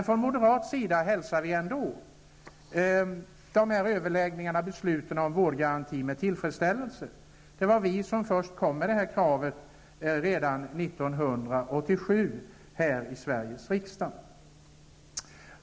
Från moderat sida hälsar vi ändå överläggningarna och besluten angående vårdgaranti med tillfredsställelse. Det var vi som redan 1987 först reste detta krav här i Sveriges riksdag.